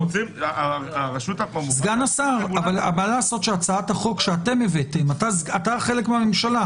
מה לעשות שהצעת החוק שאתם הבאתם אתה חלק מהממשלה-